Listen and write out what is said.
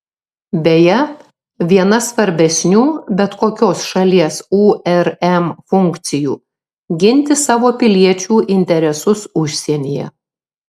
beje viena svarbesnių bet kokios šalies urm funkcijų ginti savo piliečių interesus užsienyje